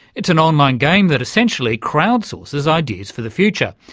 it's an online game that essentially crowd-sources ideas for the future,